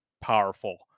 powerful